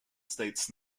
states